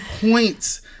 points